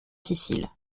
sicile